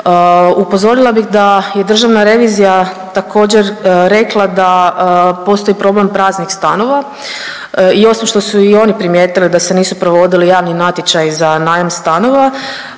Upozorila bih da je Državna revizija također rekla da postoji problem praznih stanova i osim što su i oni primijetili da se nisu provodili javni natječaji za najam stanova,